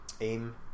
aim